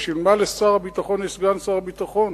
בשביל מה לשר הביטחון יש סגן שר ביטחון?